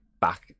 back